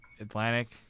Atlantic